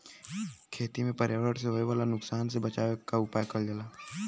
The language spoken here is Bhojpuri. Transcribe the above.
खेती में पर्यावरण से होए वाला नुकसान से बचावे के उपाय करल जाला